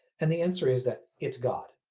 and the answer is that it's god.